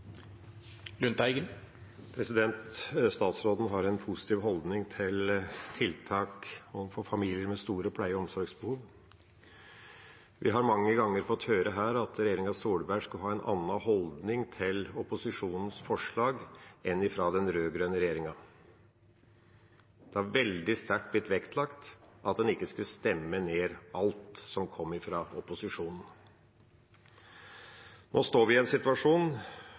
Statsråden har en positiv holdning til tiltak overfor familier med store pleie- og omsorgsbehov. Vi har her mange ganger fått høre at Solberg-regjeringa har en annen holdning til opposisjonens forslag enn den rød-grønne regjeringa hadde. Det har blitt vektlagt veldig sterkt at en ikke skulle stemme ned alt som kommer fra opposisjonen. Nå er vi i en situasjon